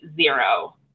zero